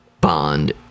bond